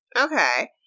okay